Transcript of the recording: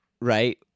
right